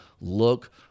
look